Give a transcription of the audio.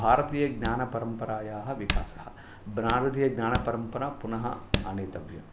भारतीयज्ञानपरम्परायाः विकासः भारतीयज्ञानपरम्परा पुनः आनीतव्यम्